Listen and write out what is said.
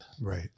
Right